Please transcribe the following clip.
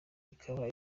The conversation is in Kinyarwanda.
ikaba